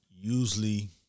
usually